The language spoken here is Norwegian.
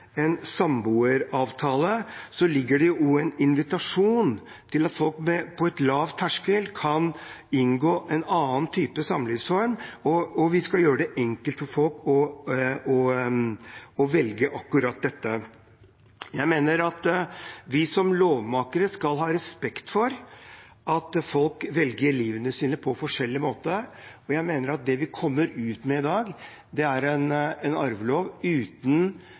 en samboeravtale, ligger det også en invitasjon til lav terskel, for at folk kan inngå en annen type samlivsform. Vi skal gjøre det enkelt for folk å velge akkurat dette. Jeg mener vi som lovmakere skal ha respekt for at folk velger å leve livet sitt på forskjellige måter. Jeg mener at det vi kommer ut med i dag, som er en arvelov uten